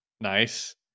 nice